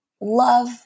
love